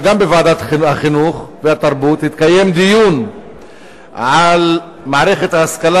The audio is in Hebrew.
וגם בוועדת החינוך והתרבות התקיים דיון על מערכת ההשכלה